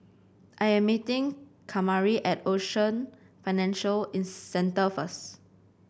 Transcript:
I am meeting Kamari at Ocean Financial in Centre first